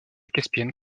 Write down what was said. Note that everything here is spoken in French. caspienne